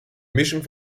mischung